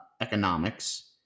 economics